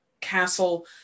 castle